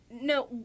No